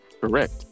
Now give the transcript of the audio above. Correct